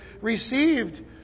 received